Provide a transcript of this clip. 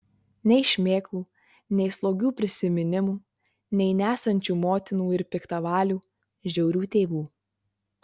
nei šmėklų nei slogių prisiminimų nei nesančių motinų ir piktavalių žiaurių tėvų